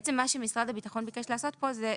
בעצם מה שמשרד הביטחון ביקש לעשות פה זה